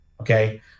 okay